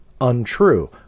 untrue